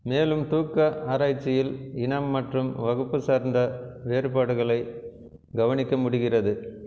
மேலும் தூக்க ஆராய்ச்சியில் இனம் மற்றும் வகுப்பு சார்ந்த வேறுபாடுகளைக் கவனிக்க முடிகிறது